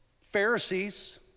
Pharisees